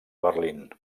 berlín